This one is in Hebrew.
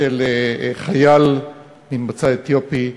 של חייל ממוצא אתיופי,